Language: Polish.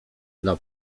dla